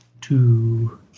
two